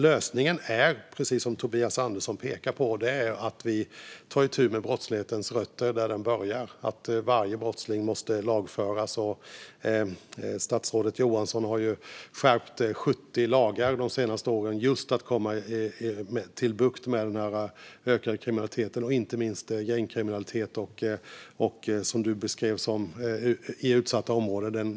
Lösningen är, precis som Tobias Andersson pekar på, att vi tar itu med brottslighetens rötter - där den börjar. Varje brottsling måste lagföras. Statsrådet Johansson har skärpt 70 lagar de senaste åren just för att få bukt med den ökade kriminaliteten, inte minst gängkriminalitet och det som Tobias Andersson beskrev i utsatta områden.